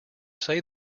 say